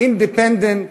independent,